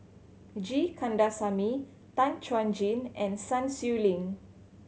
G Kandasamy Tan Chuan Jin and Sun Xueling